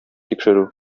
тикшерү